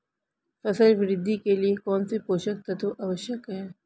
फसल वृद्धि के लिए कौनसे पोषक तत्व आवश्यक हैं?